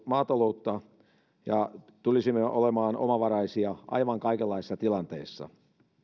maataloutta ja tulisimme olemaan omavaraisia aivan kaikenlaisissa tilanteissa